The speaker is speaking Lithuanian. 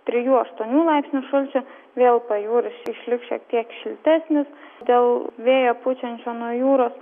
trijų aštuonių laipsnių šalčio vėl pajūris išliks šiek tiek šiltesnis dėl vėjo pučiančio nuo jūros